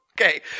Okay